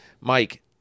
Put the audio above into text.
Mike